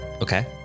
Okay